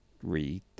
Read